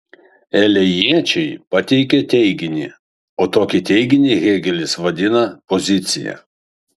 elėjiečiai pateikė teiginį o tokį teiginį hėgelis vadina pozicija